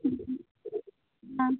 ആ